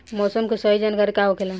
मौसम के सही जानकारी का होखेला?